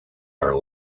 are